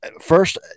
First